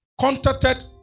contacted